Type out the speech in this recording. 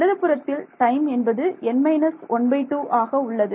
இடதுபுறத்தில் டைம் என்பது n minus 12 ஆக உள்ளது